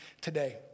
today